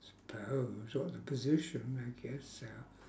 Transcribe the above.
suppose or the position I guess so